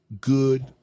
good